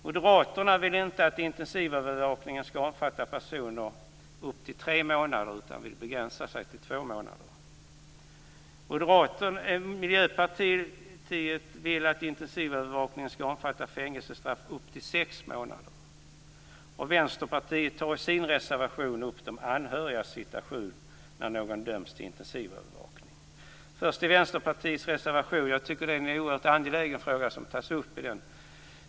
Moderaterna vill inte att intensivövervakningen skall omfatta påföljder upp till tre månader utan vill begränsa sig till två månader. Miljöpartiet vill att intensivövervakningen skall omfatta fängelsestraff upp till sex månader. Vänsterpartiet tar i sin reservation upp de anhörigas situation när någon döms till intensivövervakning. För att ta Vänsterpartiets reservation först tycker jag att den tar upp en oerhört angelägen fråga.